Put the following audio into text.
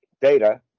data